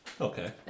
Okay